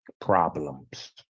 problems